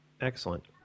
Excellent